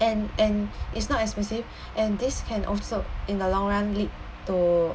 and and it's not expensive and this can also in the long run lead to